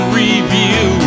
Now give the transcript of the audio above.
review